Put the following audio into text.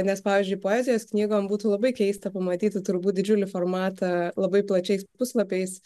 nes pavyzdžiui poezijos knygom būtų labai keista pamatyti turbūt didžiulį formatą labai plačiais puslapiais